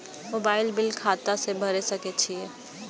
Mobile bill खाता से भेड़ सके छि?